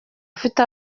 afite